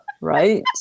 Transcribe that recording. right